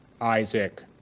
Isaac